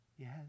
Yes